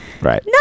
Right